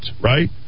right